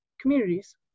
communities